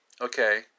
okay